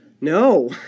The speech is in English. no